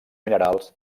minerals